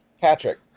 Patrick